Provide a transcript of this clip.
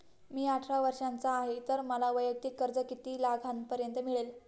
मी अठरा वर्षांचा आहे तर मला वैयक्तिक कर्ज किती लाखांपर्यंत मिळेल?